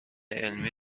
علمی